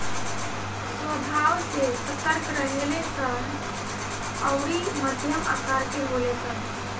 स्वभाव से सतर्क रहेले सन अउरी मध्यम आकर के होले सन